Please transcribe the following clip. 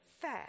fair